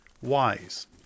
wise